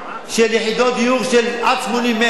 יחידות דיור של עד 80 מטר.